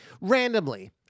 randomly